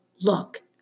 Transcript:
look